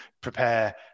prepare